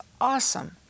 awesome